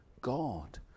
God